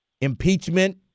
impeachment